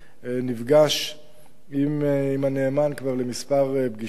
כבר נפגש עם הנאמן לכמה פגישות.